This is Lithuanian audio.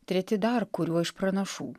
treti dar kuriuo iš pranašų